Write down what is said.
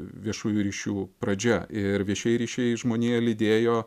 viešųjų ryšių pradžia ir viešieji ryšiai žmoniją lydėjo